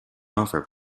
offer